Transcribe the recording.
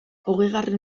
hogeigarren